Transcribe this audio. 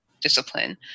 discipline